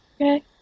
Okay